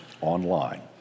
online